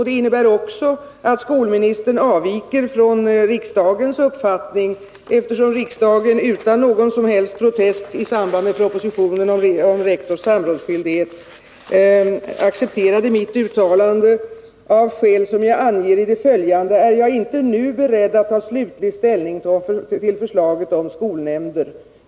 Det innebär också att skolministern avviker från riksdagens uppfattning, eftersom riksdagen i samband med propositionen om rektors samrådsskyldighet utan någon som helst protest accepterade mitt uttalande, som löd: ”Av skäl som jag anger i det följande är jag inte nu beredd att ta slutlig ställning till förslaget om skolnämnder.